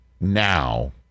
now